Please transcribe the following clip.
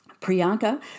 Priyanka